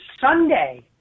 Sunday